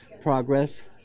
progress